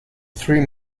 three